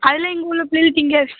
அதலாம் இங்கே உள்ள பிள்ளைகளு திங்காது